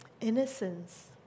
Innocence